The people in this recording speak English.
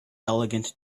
elegant